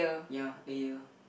ya a year